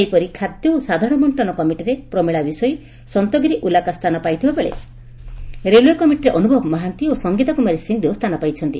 ସେହିପରି ଖାଦ୍ୟ ଓ ସାଧାରଣ ବକ୍କନ କମିଟିରେ ପ୍ରମିଳା ବିଷୋୟୀ ସନ୍ତଗିରି ଉଲକା ସ୍ଥାନ ପାଇଥିବା ବେଳେ ରେଲଓଏ କମିଟିରେ ଅନୁଭବ ମହାନ୍ତି ଓ ସଙ୍ଗୀତା କୁମାରୀ ସିଂହଦେଓ ସ୍ସାନ ପାଇଛନ୍ତି